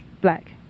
Black